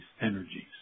energies